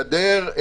גדר,